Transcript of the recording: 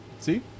See